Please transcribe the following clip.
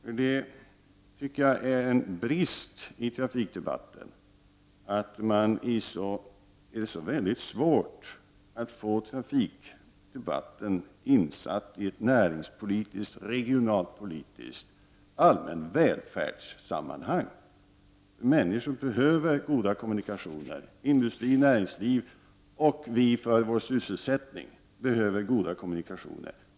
Jag menar att en brist i fråga om trafikdebatten är att det är så svårt att få den insatt i ett näringspolitiskt, regionalpolitiskt och allmänt välfärdspolitiskt sammanhang. Människor behöver goda kommunikationer. Industrin och näringslivet behöver goda kommunikationer, liksom vi för vår sysselsättning behöver goda kommunikationer.